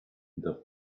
the